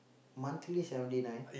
monthly seventy nine